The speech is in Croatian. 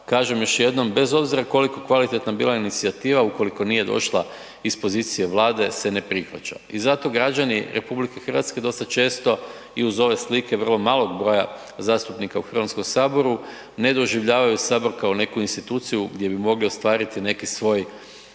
kažem, još jednom, bez obzira koliko kvalitetna bila inicijativa, ukoliko nije došla iz pozicije Vlade se ne prihvaća. I zato građani RH dosta često i uz ove slike vrlo malog broja zastupnika u HS-u ne doživljavaju Sabor kao neku instituciju gdje bi mogli ostvariti neki svoj,